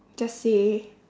just say